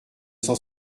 cent